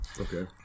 Okay